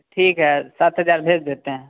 तो ठीक है सात हज़ार भेज देते हैं